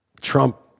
Trump